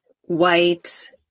white